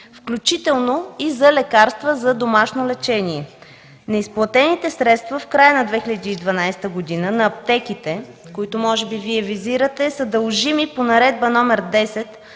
включително и за лекарства за домашно лечение. Неизплатените средства в края на 2012 г. – на аптеките, които може би Вие визирате, са дължими по Наредба № 10